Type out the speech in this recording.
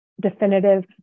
definitive